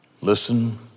Listen